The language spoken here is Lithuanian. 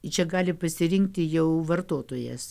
čia gali pasirinkti jau vartotojas